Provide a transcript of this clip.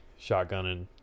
shotgunning